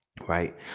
right